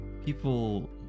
People